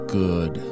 good